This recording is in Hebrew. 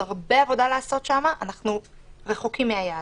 הרבה עבודה לעשות ואנחנו רחוקים מהיעד.